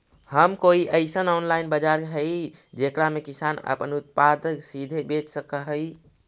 का कोई अइसन ऑनलाइन बाजार हई जेकरा में किसान अपन उत्पादन सीधे बेच सक हई?